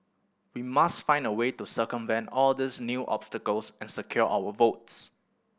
we must find a way to circumvent all these new obstacles and secure our votes